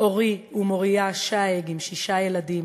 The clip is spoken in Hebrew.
אורי ומוריה שאג עם שישה ילדים,